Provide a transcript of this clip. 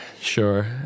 sure